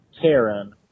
Karen